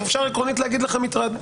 אפשר עקרונית להגיד לך "מטרד".